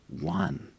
one